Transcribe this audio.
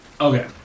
Okay